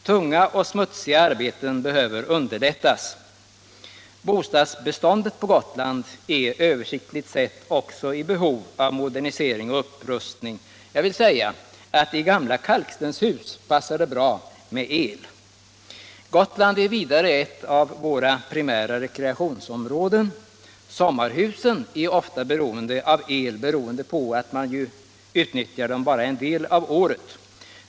Tunga och smutsiga arbeten behöver underlättas. Även bostadsbeståndet på Gotland är översiktligt sett i behov av modernisering och upprustning. Jag vill säga att i gamla kalkstenshus passar det bra med elektricitet. Gotland är vidare ett av våra primära rekreationsområden. Sommarhusen är ofta beroende av el på grund av att man utnyttjar de husen bara en del av året.